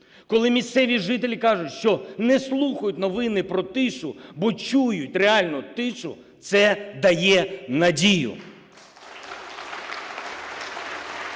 Коли місцеві жителі кажуть, що не слухають новини про тишу, бо чують реальну тишу, це дає надію.